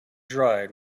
dried